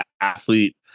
athlete